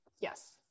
Yes